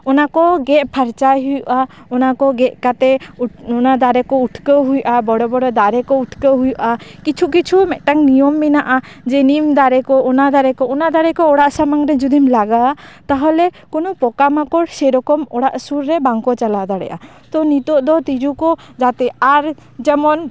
ᱚᱱᱟ ᱠᱚ ᱜᱮᱜ ᱯᱷᱟᱨᱪᱟᱭ ᱦᱩᱭᱩᱜᱼᱟ ᱚᱱᱟ ᱠᱚ ᱜᱮᱜ ᱠᱟᱛᱮᱜ ᱚᱱᱟ ᱫᱟᱨᱮ ᱠᱚ ᱩᱴᱠᱟᱹᱣ ᱦᱩᱭᱩᱜᱼᱟ ᱵᱚᱲᱚ ᱵᱚᱲᱚ ᱫᱟᱨᱮ ᱠᱚ ᱩᱴᱠᱟᱹᱣ ᱦᱩᱭᱩᱜᱼᱟ ᱠᱤᱪᱷᱩ ᱠᱤᱪᱷᱩ ᱢᱤᱫᱴᱟᱝ ᱱᱤᱭᱚᱢ ᱢᱮᱱᱟᱜᱼᱟ ᱡᱮ ᱱᱤᱢ ᱫᱟᱨᱮ ᱠᱚ ᱚᱱᱟ ᱫᱟᱨᱮ ᱠᱚ ᱚᱱᱟ ᱫᱟᱨᱮ ᱠᱚ ᱚᱲᱟᱜ ᱥᱟᱢᱟᱝ ᱨᱮ ᱡᱩᱫᱤᱢ ᱞᱟᱜᱟᱣᱟ ᱛᱟᱦᱚᱞᱮ ᱠᱳᱱᱳ ᱯᱚᱠᱟ ᱢᱟᱠᱚᱲ ᱥᱮᱨᱚᱠᱚᱢ ᱚᱲᱟᱜ ᱥᱩᱨ ᱨᱮ ᱵᱟᱝᱠᱚ ᱪᱟᱞᱟᱣ ᱫᱟᱲᱮᱭᱟᱜᱼᱟ ᱛᱚ ᱱᱤᱛᱳᱜ ᱫᱚ ᱛᱤᱡᱩ ᱠᱚ ᱡᱟᱛᱮ ᱟᱨ ᱡᱮᱢᱚᱱ